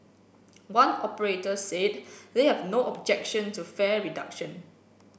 one operator said they have no objection to fare reduction